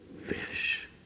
fish